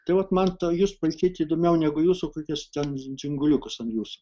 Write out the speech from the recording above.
tai vat man ta jus pašyti įdomiau negu jūsų kokius ten dzinguliukus ant jūsų